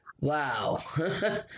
Wow